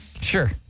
Sure